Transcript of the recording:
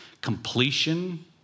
Completion